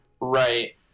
Right